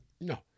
No